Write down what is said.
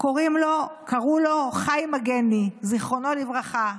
קראו לו חיים מגני, זיכרונו לברכה,